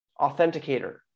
authenticator